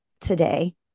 today